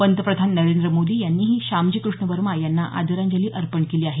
पंतप्रधान नरेंद्र मोदी यांनीही श्यामजी कृष्ण वर्मा यांना आदरांजली अर्पण केली आहे